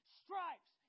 stripes